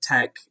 tech